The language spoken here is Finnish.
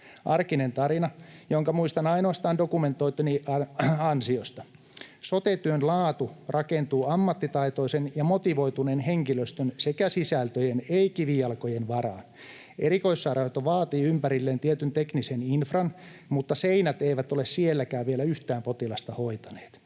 Arkinen tarina, jonka muistan ainoastaan dokumentointini ansiosta. Sote-työn laatu rakentuu ammattitaitoisen ja motivoituneen henkilöstön sekä sisältöjen, ei kivijalkojen varaan. Erikoissairaanhoito vaatii ympärilleen tietyn teknisen infran, mutta seinät eivät ole sielläkään vielä yhtään potilasta hoitaneet.